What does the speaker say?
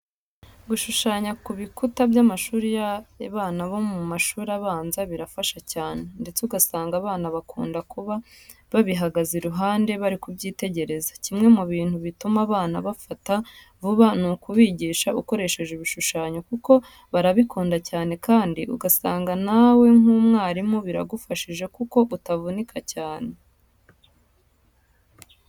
Gushushanya ku bikuta by'amashuri y'abana bo mu mashuri abanza birabafasha cyane, ndetse ugasanga abana bakunda kuba babihagaze iruhande bari kubyitegereza. Kimwe mu bintu bituma abana bafata vuba ni ukubigisha ukoresheje ibishushanyo kuko barabikunda cyane kandi ugasanga nawe nk'umwarimu biragufashije kuko utavunika cyane.